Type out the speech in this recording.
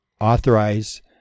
authorize